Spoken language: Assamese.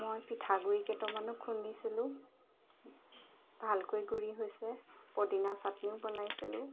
মই পিঠাগুড়ি কেইটামানো খুন্দিছিলোঁ ভালকৈ গুড়ি হৈছে পদিনা চাটনিও বনাইছিলোঁ